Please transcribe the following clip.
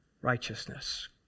righteousness